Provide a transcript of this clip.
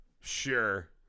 sure